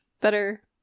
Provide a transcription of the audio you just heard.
better